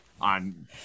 on